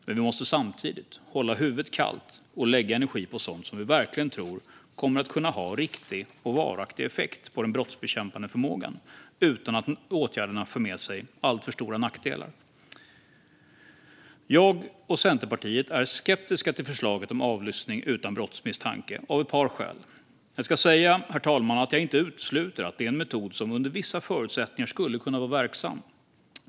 Men vi måste samtidigt hålla huvudet kallt och lägga energi på sådant som vi verkligen tror kommer att kunna ha riktig och varaktig effekt på den brottsbekämpande förmågan utan att åtgärderna för med sig alltför stora nackdelar. Jag och Centerpartiet är av ett par skäl skeptiska till förslaget om avlyssning utan brottsmisstanke. Jag ska säga, herr talman, att jag inte utesluter att det är en metod som under vissa förutsättningar skulle kunna vara verksam.